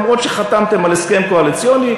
אף-על-פי שחתמתם על הסכם קואליציוני.